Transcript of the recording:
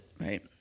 right